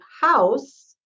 house